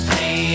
Hey